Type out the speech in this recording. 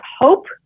hope